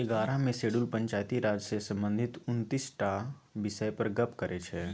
एगारहम शेड्यूल पंचायती राज सँ संबंधित उनतीस टा बिषय पर गप्प करै छै